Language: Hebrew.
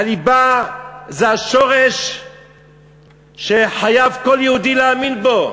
הליבה זה השורש שחייב כל יהודי להאמין בו,